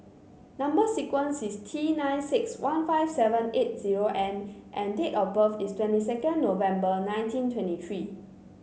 number sequence is T nine six one five seven eight zero N and date of birth is twenty second November nineteen twenty three